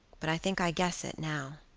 but i think i guess it now.